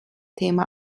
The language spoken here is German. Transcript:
thema